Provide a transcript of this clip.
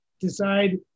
decide